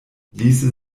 ließe